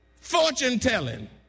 fortune-telling